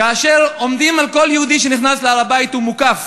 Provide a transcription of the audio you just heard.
כאשר עומדים על כל יהודי שנכנס להר-הבית, הוא מוקף